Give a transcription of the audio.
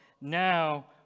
Now